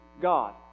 God